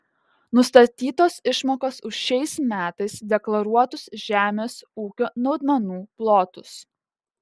nustatytos išmokos už šiais metais deklaruotus žemės ūkio naudmenų plotus